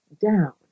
down